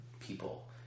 people